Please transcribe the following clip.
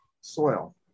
Soil